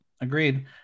Agreed